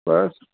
બસ